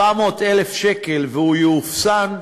400,000 שקל והוא יאופסן,